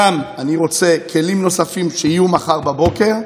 וגם אני רוצה כלים נוספים שיהיו מחר בבוקר,